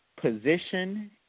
position